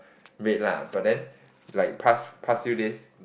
rate lah but then like past past few days